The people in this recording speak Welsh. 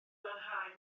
lanhau